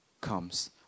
comes